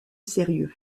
sérieux